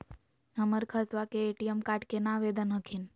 हमर खतवा के ए.टी.एम कार्ड केना आवेदन हखिन?